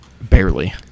Barely